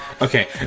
Okay